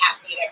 happy